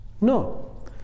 No